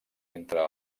entre